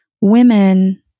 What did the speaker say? women